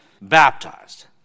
baptized